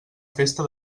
festa